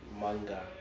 manga